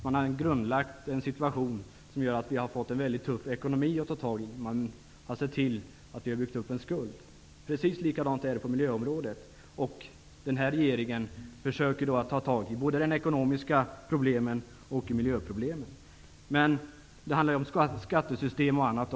Man har grundlagt en situation som gör att vi måste ta itu med en tuff ekonomi. Det har byggts upp en skuld. Precis likadant är det på miljöområdet. Regeringen försöker ta itu med både de ekonomiska problemen och miljöproblemen. Men det handlar också om skattesystem osv.